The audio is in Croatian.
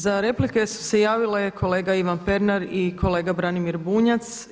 Za replike su se javili kolega Ivan Pernar i kolega Branimir Bunjac.